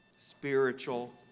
spiritual